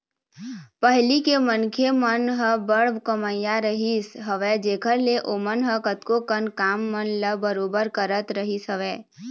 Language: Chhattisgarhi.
पहिली के मनखे मन ह बड़ कमइया रहिस हवय जेखर ले ओमन ह कतको कन काम मन ल बरोबर करत रहिस हवय